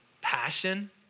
passion